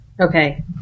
Okay